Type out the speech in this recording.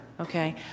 Okay